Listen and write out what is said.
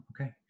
Okay